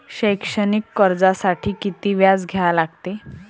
शैक्षणिक कर्जासाठी किती व्याज द्या लागते?